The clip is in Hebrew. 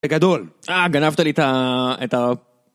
בגדול, אה, גנבת לי את ה...